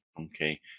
okay